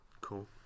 Cool